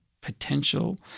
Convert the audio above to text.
potential